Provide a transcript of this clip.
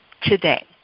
today